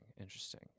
interesting